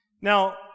Now